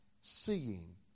seeing